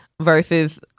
versus